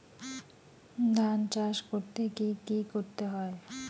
ধান চাষ করতে কি কি করতে হয়?